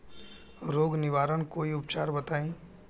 रोग निवारन कोई उपचार बताई?